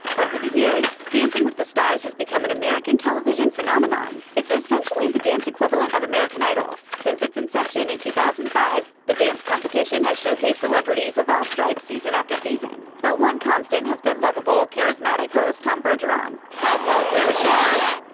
over the years, dancing with the stars has become an american television phenomenon. it's essentially the dance equivalent of american idol. since its inception in two thousand and five, the dance competition has showcased celebrities of all stripes season after season, but one constant has been lovable, charismatic host tom bergeron. how about this, huh?